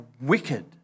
wicked